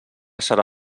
serà